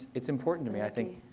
it's important to me. i think